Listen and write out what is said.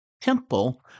temple